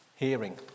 Hearing